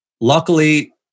luckily